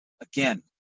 again